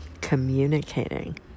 communicating